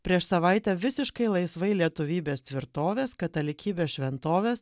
prieš savaitę visiškai laisvai lietuvybės tvirtovės katalikybės šventovės